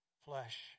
flesh